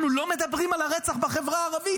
אנחנו לא מדברים על הרצח בחברה הערבית.